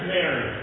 Mary